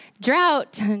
drought